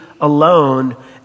alone